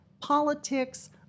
politics